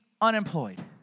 unemployed